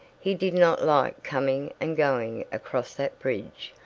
he did not like coming and going across that bridge,